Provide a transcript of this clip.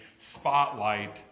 spotlight